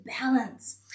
balance